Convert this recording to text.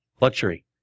Luxury